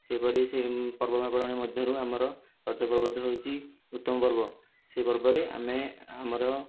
ସେପରି ସେହି ପର୍ବ ପର୍ବାଣି ମଧ୍ୟରୁ ଆମର ରଜ ପର୍ବଟି ହେଉଛି ଉତ୍ତମ ପର୍ବ ସେହି ପର୍ବରେ ଆମେ ଆମର